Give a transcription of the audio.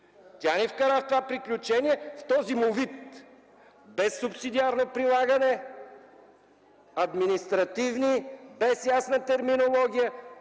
Тя ни вкара в това приключение в този му вид – без субсидиарно прилагане, административно, без ясна терминология,